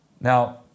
Now